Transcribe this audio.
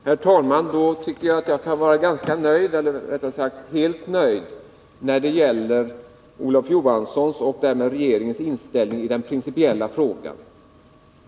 Herr talman! Då tycker jag att jag kan vara helt nöjd när det gäller Olof Johanssons och därmed regeringens inställning i den principiella frågan.